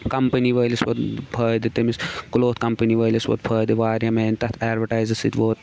company وٲلِس ووت فٲیدٕ تٔمِس کٕلوتھ کَمپنی وٲلِس ووت فٲیدٕ واریاہ میانہِ تَتھ اٮ۪ڈوَٹایزٕ سۭتۍ ووت